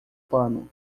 pano